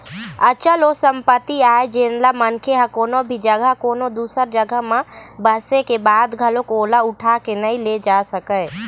अचल ओ संपत्ति आय जेनला मनखे ह कोनो भी जघा कोनो दूसर जघा म बसे के बाद घलोक ओला उठा के नइ ले जा सकय